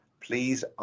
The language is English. please